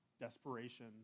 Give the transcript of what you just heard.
desperation